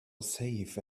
safe